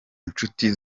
nshuti